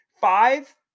Five